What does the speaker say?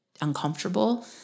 uncomfortable